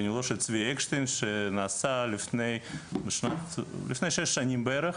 בניהולו של צבי אקשטיין, שנעשה לפני שש שנים בערך